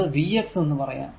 അത് Vx എന്ന് പറയാം